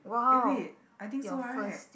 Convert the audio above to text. eh wait I think so right